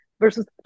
versus